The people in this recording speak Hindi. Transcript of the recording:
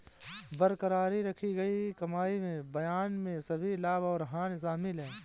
बरकरार रखी गई कमाई में बयान में सभी लाभ और हानि शामिल हैं